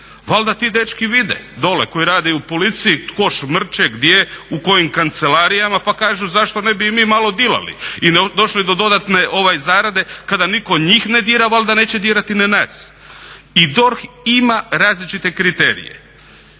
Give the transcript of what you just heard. valjda ti dečki vide dole koji rade i u policiji tko šmrče, gdje, u kojim kancelarijama pa kažu zašto ne bi i mi malo dilali i došli do dodatne zarade kada niko njih ne dira valjda neće dirati ni nas. I DORH ima različite kriterije.